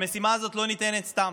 המשימה הזאת לא ניתנת סתם.